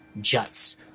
juts